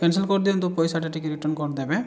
cancel କରିଦିଅନ୍ତୁ ପଇସାଟା ଟିକ୍ ରିଟର୍ଣ୍ଣ କରିଦେବେ